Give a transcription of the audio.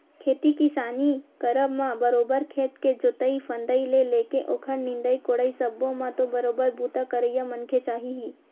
खेती किसानी करब म बरोबर खेत के जोंतई फंदई ले लेके ओखर निंदई कोड़ई सब्बो म तो बरोबर बूता करइया मनखे चाही ही